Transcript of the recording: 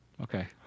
Okay